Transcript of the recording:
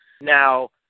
Now